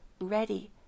ready